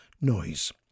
noise